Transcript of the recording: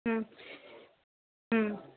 हूं हूं